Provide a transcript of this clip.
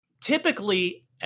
typically